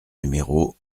numéro